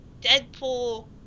Deadpool